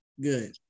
good